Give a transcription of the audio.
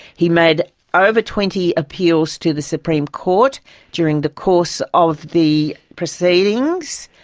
he made ah over twenty appeals to the supreme court during the course of the proceedings,